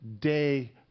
day